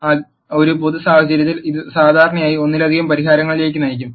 അതിനാൽ ഒരു പൊതു സാഹചര്യത്തിൽ ഇത് സാധാരണയായി ഒന്നിലധികം പരിഹാരങ്ങളിലേക്ക് നയിക്കും